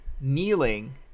Kneeling